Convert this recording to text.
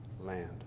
land